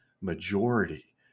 majority